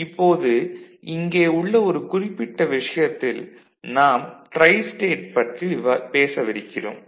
இப்போது இங்கே உள்ள ஒரு குறிப்பிட்ட விஷயத்தில் நாம் டிரைஸ்டேட் பற்றி பேசவிருக்கிறோம்